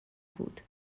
بود